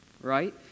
right